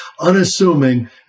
unassuming